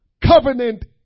Covenant